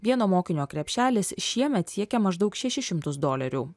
vieno mokinio krepšelis šiemet siekia maždaug šešis šimtus dolerių